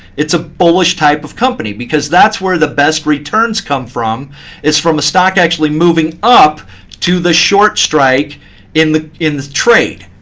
its a bullish type of company, because that's where the best returns come from is from a stock actually moving up to the short strike in the in the trade.